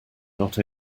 not